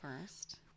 first